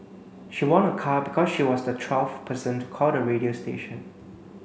she won a car because she was the twelfth person to call the radio station